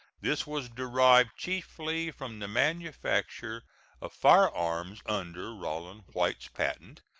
this was derived chiefly from the manufacture of firearms under rollin white's patent,